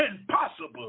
impossible